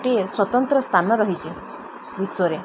ଗୋଟିଏ ସ୍ୱତନ୍ତ୍ର ସ୍ଥାନ ରହିଛି ବିଶ୍ୱରେ